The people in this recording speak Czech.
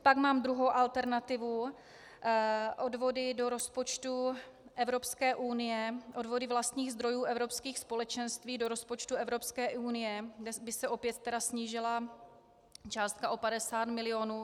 Pak mám druhou alternativu, odvody do rozpočtu Evropské unie, odvody vlastních zdrojů Evropských společenství do rozpočtu Evropské unie, kde by se opět snížila částka o 50 mil.